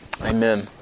Amen